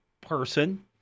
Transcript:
person